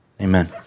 Amen